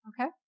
Okay